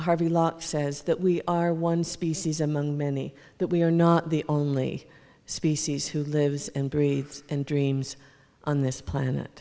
harvey lott says that we are one species among many that we are not the only species who lives and breathes and dreams on this planet